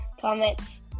comments